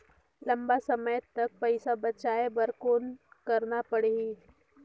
लंबा समय तक पइसा बचाये बर कौन करना पड़ही?